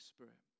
Spirit